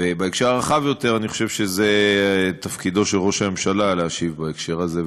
ובהקשר הרחב יותר אני חושב שזה תפקידו של ראש הממשלה להשיב בהקשר הזה,